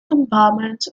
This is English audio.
compartments